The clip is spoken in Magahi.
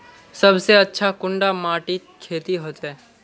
सबसे अच्छा कुंडा माटित खेती होचे?